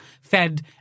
fed